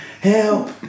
Help